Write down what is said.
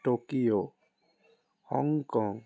Tokyo Hong Kong